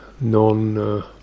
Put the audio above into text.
non